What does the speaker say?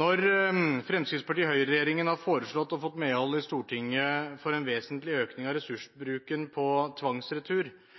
Når Høyre–Fremskrittsparti-regjeringen har foreslått og fått medhold i Stortinget for en vesentlig økning av